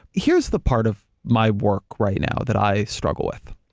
here's the part of my work, right now, that i struggle with,